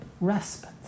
respite